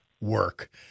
work